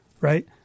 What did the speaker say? right